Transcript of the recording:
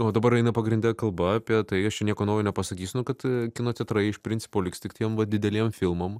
o dabar va eina pagrinde kalba apie tai aš čia nieko naujo nepasakysiu nu kad kino teatrai iš principo liks tik tiem va dideliem filmam